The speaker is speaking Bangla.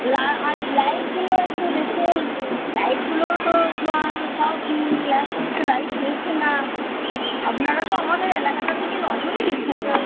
লা আর লাইটগুলো একটু দেখুন লাইটগুলো তো সব ল্যাম্প পোস্টে লাইট জ্বলছে না আপনারা তো আমাদের এলাকাটার দিকে নজরই দিচ্ছেন না